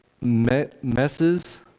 messes